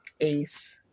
ace